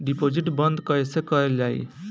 Deposit बंद कैसे कैल जाइ?